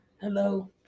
Hello